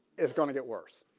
is gonna get worse